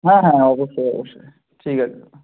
হ্যাঁ হ্যাঁ অবশ্যই অবশ্যই ঠিক আছে দাদা